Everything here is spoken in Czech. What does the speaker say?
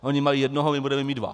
Oni mají jednoho, my budeme mít dva.